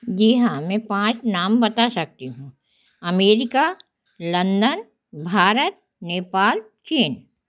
जी हाँ मैं पाँच नाम बता सकती हूँ अमेरिका लंदन भारत नेपाल चीन